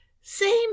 Same